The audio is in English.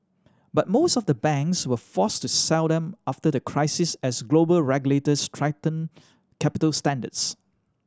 but most of the banks were forced to sell them after the crisis as global regulators tightened capital standards